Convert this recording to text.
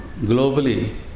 globally